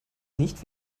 nicht